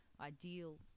ideal